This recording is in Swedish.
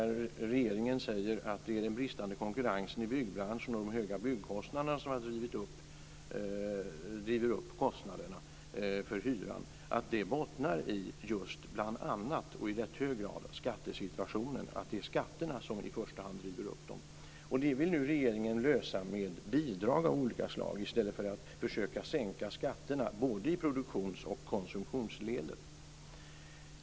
I svaret sägs att det är den bristande konkurrensen i byggbranschen och de höga byggkostnaderna som driver upp hyrorna. Det bottnar i rätt så hög grad i bl.a. skattesituationen. Det är skatterna som i första hand driver upp hyrorna. Detta vill nu regeringen lösa med bidrag av olika slag i stället för att sänka skatterna, både i produktionsledet och i konsumtionsledet.